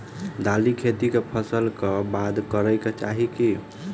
दालि खेती केँ फसल कऽ बाद करै कऽ चाहि?